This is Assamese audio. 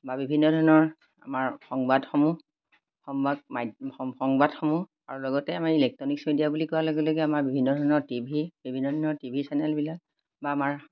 বা বিভিন্ন ধৰণৰ আমাৰ সংবাদসমূহ সংবাদ মাধ্যম সংবাদসমূহ আৰু লগতে আমাৰ ইলেক্ট্ৰনিকচ মেডিয়া বুলি কোৱাৰ লগে লগে আমাৰ বিভিন্ন ধৰণৰ টিভি বিভিন্ন ধৰণৰ টিভি চেনেলবিলাক বা আমাৰ